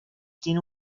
tiene